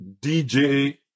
DJ